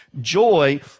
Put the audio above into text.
Joy